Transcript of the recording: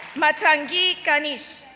mathangi ganesh,